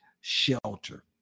shelter